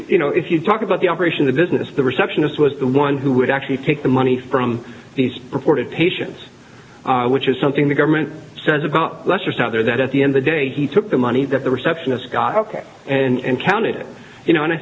you know if you talk about the operation the business the receptionist was the one who would actually take the money from these purported patients which is something the government says about lester's now that at the end the day he took the money that the receptionists got ok and counted it you know and i